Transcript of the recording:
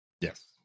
Yes